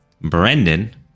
Brendan